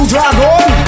Dragon